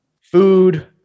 food